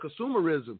consumerism